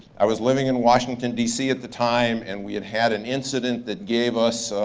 i was living in washington d c. at the time, and we had had an incident that gave us,